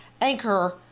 Anchor